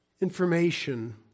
information